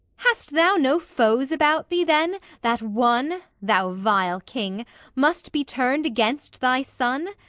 hast thou no foes about thee, then, that one thou vile king must be turned against thy son?